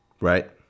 Right